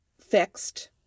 fixed